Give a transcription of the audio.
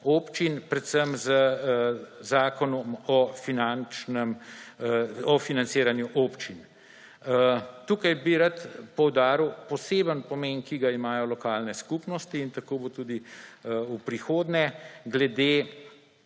občin, predvsem z Zakonom o financiranju občin. Tukaj bi rad poudaril poseben pomen, ki ga imajo lokalne skupnosti in tako bo tudi v prihodnje glede